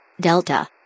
Delta